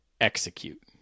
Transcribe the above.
execute